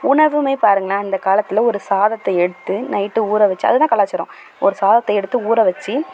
உணவும் பாருங்களேன் இந்த காலத்தில் ஒரு சாதத்தை எடுத்து நைட் ஊற வச்சு அது தான் கலாச்சாரம் ஒரு சாதத்தை எடுத்து ஊற வச்சு